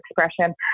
expression